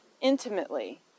intimately